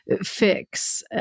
fix